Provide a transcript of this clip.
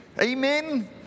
Amen